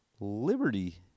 Liberty